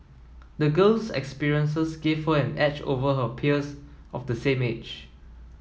the girl's experiences gave her an edge over her peers of the same age